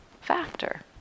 factor